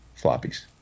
floppies